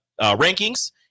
rankings